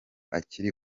akiri